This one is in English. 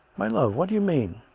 my love, what do you mean?